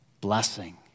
blessing